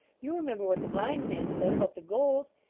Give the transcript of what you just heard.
you remember what the blind man said, about the gold.